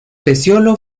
pecíolo